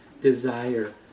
desire